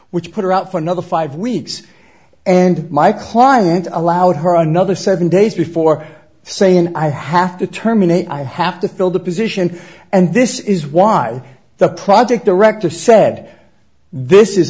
which put her out for another five weeks and my client allowed her another seven days before saying i have to terminate i have to fill the position and this is why the project director s